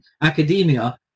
academia